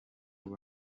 bari